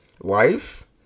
life